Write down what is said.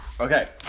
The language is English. Okay